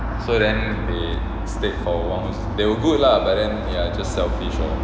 so then they stayed for long they were good lah but then ya just selfish lor